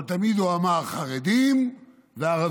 אבל תמיד הוא אמר חרדים וערבים.